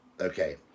Okay